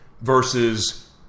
versus